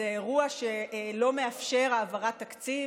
לאיזה אירוע שלא מאפשר העברת תקציב,